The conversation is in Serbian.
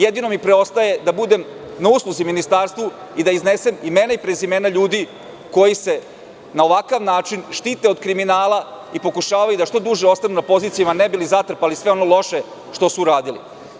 Jedino mi preostaje da budem na usluzi ministarstvu i da iznesem imena i prezimena ljudi koji se na ovakav način štite od kriminala i pokušavaju da što duže ostanu na pozicijama, ne bi li zatrpali sve ono loše što su radili.